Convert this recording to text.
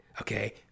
okay